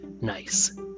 nice